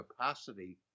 capacity